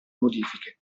modifiche